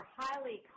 highly